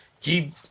Keep